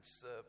serve